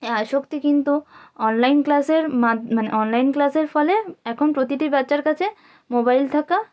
এই আসক্তি কিন্তু অনলাইন ক্লাসের মানে অনলাইন ক্লাসের ফলে এখন প্রতিটি বাচ্চার কাছে মোবাইল থাকা